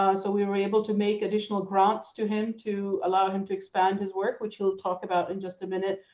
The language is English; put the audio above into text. um so we were able to make additional grants to him to allow him to expand his work, which he'll talk about in just a minute.